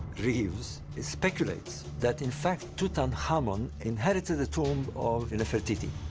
reeves speculates that, in fact, tutankhamun inherited the tomb of nefertiti.